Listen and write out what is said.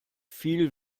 viel